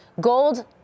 gold